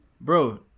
Bro